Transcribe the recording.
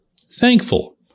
thankful